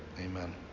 Amen